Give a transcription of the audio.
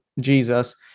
Jesus